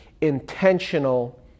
intentional